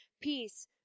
peace